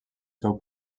seu